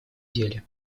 деле